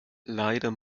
leider